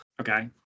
Okay